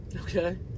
Okay